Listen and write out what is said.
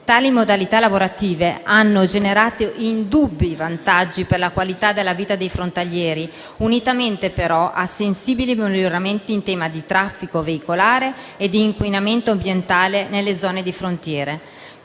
Tali modalità lavorative hanno generato indubbi vantaggi per la qualità della vita dei frontalieri, unitamente però a sensibili miglioramenti in tema di traffico veicolare e di inquinamento ambientale nelle zone di frontiera